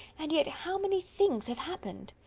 and yet how many things have happened!